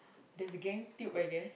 there's a gang tube I guess